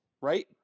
right